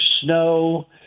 snow